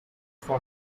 for